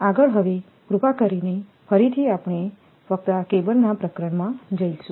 આગળ હવે કૃપા કરીને ફરીથી આપણે ફક્ત આ કેબલના પ્રકરણમાં જોઇશું